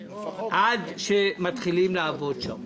עד שמתחילים לעבוד שם.